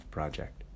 Project